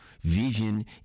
vision